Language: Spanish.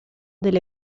del